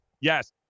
Yes